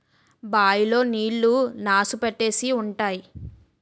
bye లో నీళ్లు నాసు పట్టేసి ఉంటాయి